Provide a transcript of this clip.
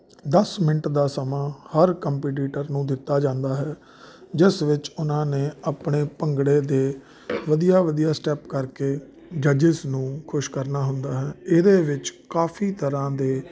ਦਸ ਮਿੰਟ ਦਾ ਸਮਾਂ ਹਰ ਕੰਪੀਟੀਟਰ ਨੂੰ ਦਿੱਤਾ ਜਾਂਦਾ ਹੈ ਜਿਸ ਵਿੱਚ ਉਹਨਾਂ ਨੇ ਆਪਣੇ ਭੰਗੜੇ ਦੇ ਵਧੀਆ ਵਧੀਆ ਸਟੈਪ ਕਰਕੇ ਜੱਜਸ ਨੂੰ ਖੁਸ਼ ਕਰਨਾ ਹੁੰਦਾ ਹੈ ਇਹਦੇ ਵਿੱਚ ਕਾਫ਼ੀ ਤਰ੍ਹਾਂ ਦੇ